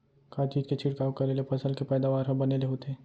का चीज के छिड़काव करें ले फसल के पैदावार ह बने ले होथे?